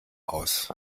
aus